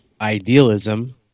idealism